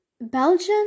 Belgium